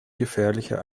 gefährlicher